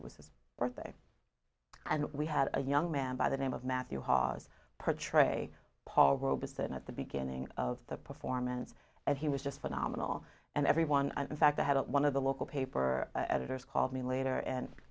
it was his birthday and we had a young man by the name of matthew hawes portray paul robeson at the beginning of the performance and he was just phenomenal and everyone and in fact i had a one of the local paper editors called me later and